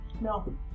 No